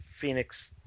Phoenix